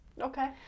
Okay